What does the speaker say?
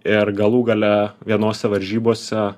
ir galų gale vienose varžybose